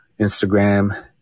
instagram